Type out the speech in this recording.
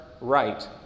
right